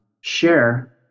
share